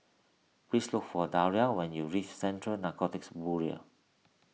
please look for Daria when you reach Central Narcotics Bureau